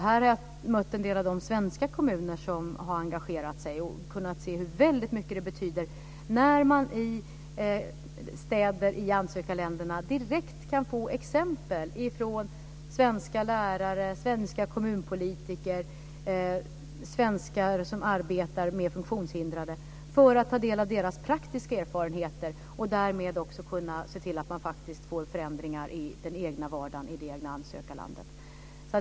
Jag har mött en del av de svenska kommuner som har engagerat sig och kunnat se hur mycket det betyder när man i städer i ansökarländerna direkt kan få exempel från svenska lärare, svenska kommunpolitiker och svenskar som arbetar med funktionshindrade och kan ta del av deras praktiska erfarenheter. Därmed kan man också se till att man faktiskt får förändringar i den egna vardagen i det egna ansökarlandet.